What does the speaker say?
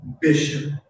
bishop